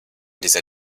dieser